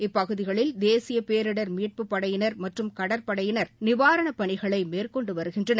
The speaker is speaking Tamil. இப்பகுதிகளில் தேசிய பேரிடர் மீட்புப் படையினர் மற்றும் கடற்படையினர் நிவாரணப் பணிகளை மேற்கொண்டு வருகின்றனர்